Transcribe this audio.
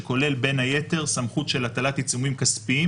שכולל בין היתר סמכות של הטלת עיצומים כספיים